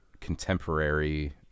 contemporary